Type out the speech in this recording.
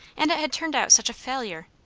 and it had turned out such a failure.